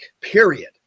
period